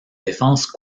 défenses